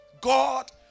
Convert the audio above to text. God